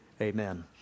amen